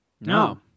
No